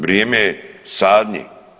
Vrijeme je sadnje.